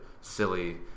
silly